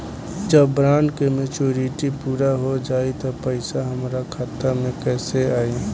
जब बॉन्ड के मेचूरिटि पूरा हो जायी त पईसा हमरा खाता मे कैसे आई?